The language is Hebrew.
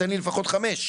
תן לי לפחות חמש,